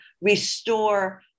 restore